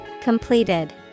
Completed